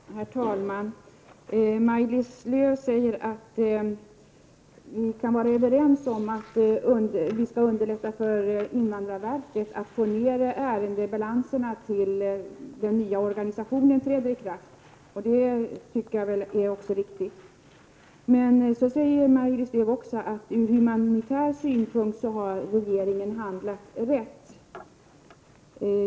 Herr talman! Maj-Lis Lööw säger att vi kan vara överens om att underlätta för invandrarverket att få ned ärendebalanserna tills den nya organisationen träder i kraft. Det är väl riktigt. Men så säger Maj-Lis Lööw också att ur humanitär synpunkt har regeringen handlat rätt.